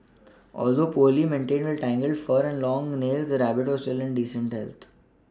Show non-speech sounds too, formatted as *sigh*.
*noise* although poorly maintained with tangled fur and long nails the rabbit was still in decent